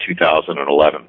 2011